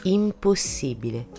impossibile